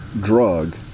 drug